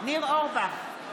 ניר אורבך,